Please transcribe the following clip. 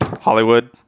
Hollywood